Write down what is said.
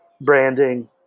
branding